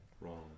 Wrong